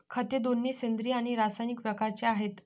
खते दोन्ही सेंद्रिय आणि रासायनिक प्रकारचे आहेत